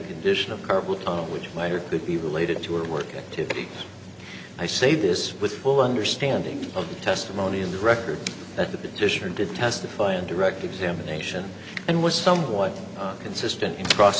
condition of her own which might or could be related to her work activity i say this with full understanding of the testimony in the record that the petitioner did testify in direct examination and was somewhat consistent in cross